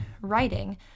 writing